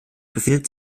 befindet